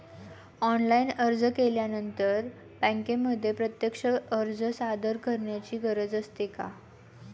Online अर्ज केल्यानंतर बँकेमध्ये प्रत्यक्ष अर्ज सादर करायची गरज असते का?